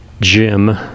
Jim